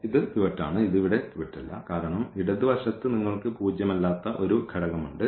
ഇത് പിവറ്റ് ആണ് ഇത് ഇവിടെ പിവറ്റ് അല്ല കാരണം ഇടതുവശത്ത് നിങ്ങൾക്ക് പൂജ്യമല്ലാത്ത ഒരു ഘടകമുണ്ട്